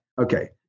Okay